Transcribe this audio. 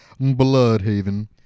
Bloodhaven